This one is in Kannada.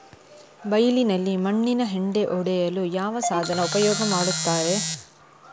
ಬೈಲಿನಲ್ಲಿ ಮಣ್ಣಿನ ಹೆಂಟೆ ಒಡೆಯಲು ಯಾವ ಸಾಧನ ಉಪಯೋಗ ಮಾಡುತ್ತಾರೆ?